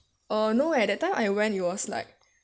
uh no eh that time I went it was like